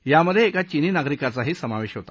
यामध्ये एका चीनी नागरिकाचाही समावेश होता